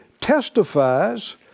testifies